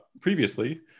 Previously